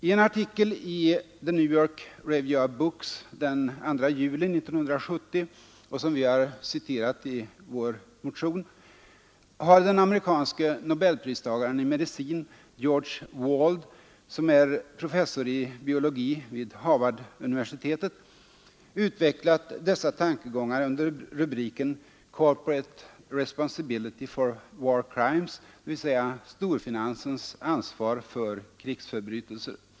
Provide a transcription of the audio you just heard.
I en artikel i The New York Review of Books den 2 juli 1970 har den amerikanske nobelpristagaren i medicin George Wald, som är professor i biologi vid Harvarduniversitetet, utvecklat dessa tankegångar under rubriken ”Corporate responsibility for war crimes”, dvs. storfinansens ansvar för krigsförbrytelser.